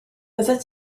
byddet